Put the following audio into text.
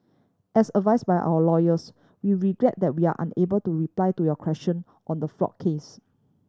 as advised by our lawyers we regret that we are unable to reply to your question on the fraud case